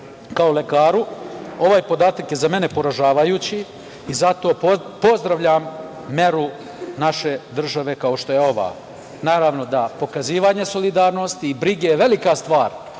Kao lekaru, ovaj podatak je za mene poražavajući i zato pozdravljam meru naše države kao što je ova. Naravno da pokazivanje solidarnosti i brige je velika stvar